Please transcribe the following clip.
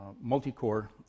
multi-core